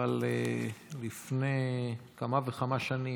אבל לפני כמה וכמה שנים.